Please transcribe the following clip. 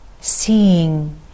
seeing